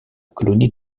colonie